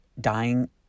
dying